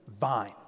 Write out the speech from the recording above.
vine